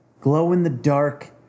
glow-in-the-dark